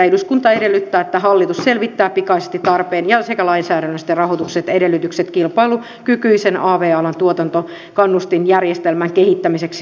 eduskunta edellyttää että hallitus selvittää pikaisesti tarpeen sekä lainsäädännölliset ja rahoitukselliset edellytykset kilpailukykyisen av alan tuotantokannustinjärjestelmän kehittämiseksi suomeen